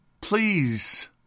Please